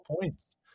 points